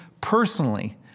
personally